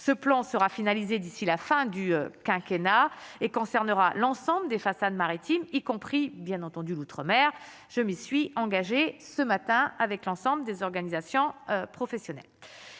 ce plan sera finalisé d'ici la fin du quinquennat et concernera l'ensemble des façades maritimes, y compris bien entendu l'Outre-Mer, je m'y suis engagé ce matin avec l'ensemble des organisations professionnelles,